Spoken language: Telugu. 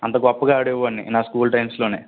అంత గొప్పగా ఆడే వాడిని నా స్కూల్ టైమ్స్లోనే